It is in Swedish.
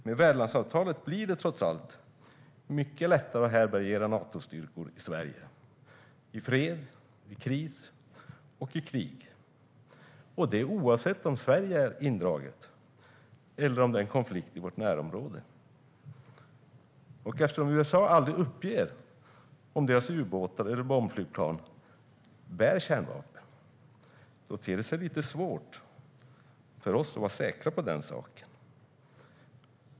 Med värdlandsavtalet blir det trots allt mycket lättare att härbärgera Natostyrkor i Sverige i fred, vid kris och i krig, oavsett om Sverige är indraget eller om det är en konflikt i vårt närområde. Eftersom USA aldrig uppger om deras ubåtar eller bombflygplan bär kärnvapen ter det sig lite svårt för oss att vara säkra på den saken.